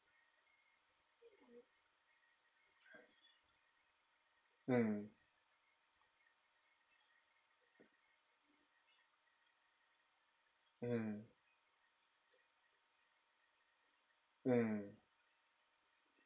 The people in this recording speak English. mm mm mm